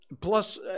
plus